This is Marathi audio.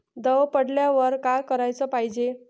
दव पडल्यावर का कराच पायजे?